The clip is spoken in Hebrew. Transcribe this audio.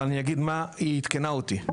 אבל אני אגיד מה היא עדכנה אותי,